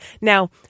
Now